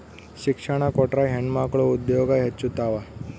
ಶಿಕ್ಷಣ ಕೊಟ್ರ ಹೆಣ್ಮಕ್ಳು ಉದ್ಯೋಗ ಹೆಚ್ಚುತಾವ